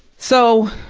so,